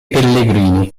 pellegrini